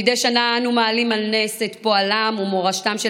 מדי שנה אנו מעלים על נס את פועלם ומורשתם של